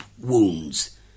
wounds